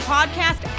Podcast